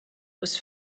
was